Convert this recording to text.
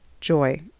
joy